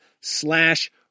slash